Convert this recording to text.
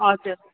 हजुर